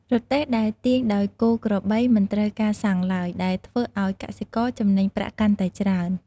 រទេះដែលទាញដោយគោក្របីមិនត្រូវការសាំងឡើយ ដែលធ្វើឱ្យកសិករចំណេញប្រាក់កាន់តែច្រើន។